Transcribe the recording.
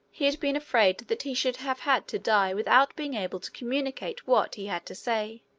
he had been afraid that he should have had to die without being able to communicate what he had to say.